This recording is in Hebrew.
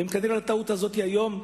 והטעות הזאת היום,